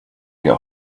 get